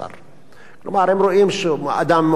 כלומר, הם רואים שאדם מאוד חולה, כלומר,